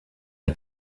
are